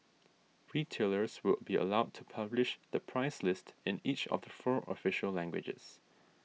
retailers will be allowed to publish the price list in each of the four official languages